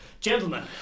Gentlemen